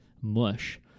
mush